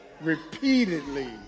repeatedly